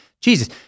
Jesus